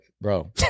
bro